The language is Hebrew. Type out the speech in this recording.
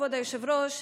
כבוד היושב-ראש,